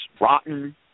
rotten